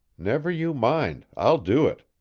never you mind i'll do it.